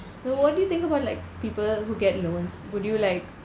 so what do you think about like people who get loans would you like